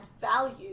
value